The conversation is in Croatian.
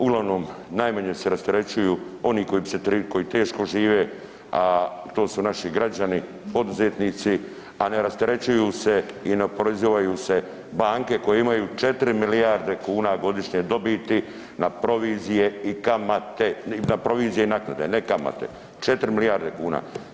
Uglavnom najmanje se rasterećuju oni koji teško žive, a to su naši građani, poduzetnici, a ne rasterećuju se i ne oporezivaju se banke koje imaju 4 milijarde kuna godišnje dobiti na provizije i kamate, na provizije i naknade ne kamate 4 milijarde kuna.